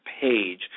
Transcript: page